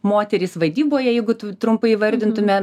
moterys vadyboje jeigu tu trumpai įvardintume